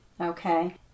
okay